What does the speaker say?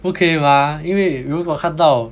不可以 mah 因为如果看到